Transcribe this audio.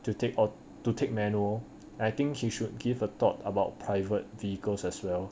to take aut~ to take manual I think he should give a thought about private vehicles as well